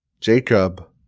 Jacob